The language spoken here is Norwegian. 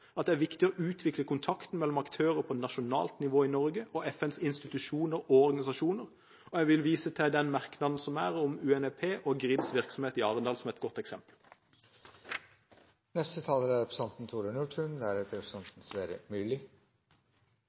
at det er viktig å utvikle kontakten mellom aktører på nasjonalt nivå i Norge og FNs institusjoner og organisasjoner, og jeg vil vise til den merknaden som er om UNEP/GRIDs virksomhet i Arendal som et godt